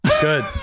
Good